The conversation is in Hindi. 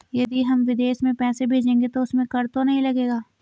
यदि हम विदेश में पैसे भेजेंगे तो उसमें कर तो नहीं लगेगा?